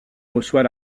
reçoit